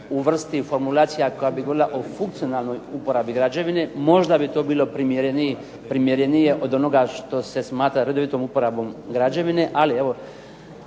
uvrsti formulacija koja bi govorila o funkcionalnoj uporabi građevine, možda bi to bilo primjerenije od onoga što se smatra redovitom uporabom građevine, ali evo,